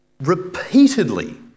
repeatedly